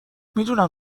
میدونم